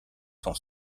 son